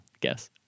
Guess